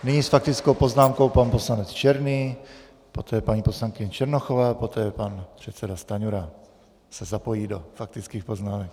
Nyní s faktickou poznámkou pan poslanec Černý, poté paní poslankyně Černochová, poté pan předseda Stanjura se zapojí do faktických poznámek.